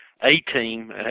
A-team